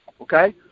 Okay